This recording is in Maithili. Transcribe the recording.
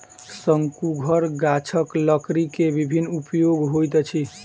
शंकुधर गाछक लकड़ी के विभिन्न उपयोग होइत अछि